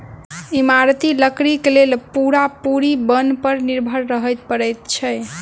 इमारती लकड़ीक लेल पूरा पूरी बन पर निर्भर रहय पड़ैत छै